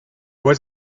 was